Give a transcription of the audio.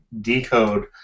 decode